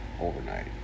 overnight